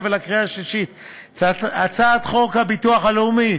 ולקריאה שלישית הצעת חוק הביטוח הלאומי,